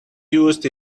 used